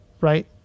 right